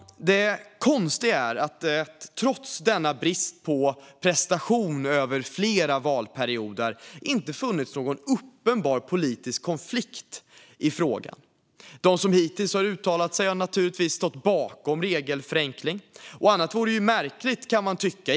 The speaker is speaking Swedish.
Det konstiga är att det, trots denna brist på prestation över flera valperioder, inte har funnits någon uppenbar politisk konflikt i frågan. De som hittills har uttalat sig har naturligtvis stått bakom regelförenkling. Och annat vore märkligt, kan man tycka.